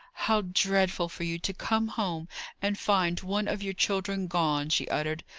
how dreadful for you to come home and find one of your children gone! she uttered.